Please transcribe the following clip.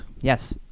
Yes